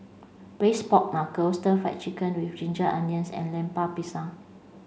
braised pork knuckle stir fried chicken with ginger onions and Lemper Pisang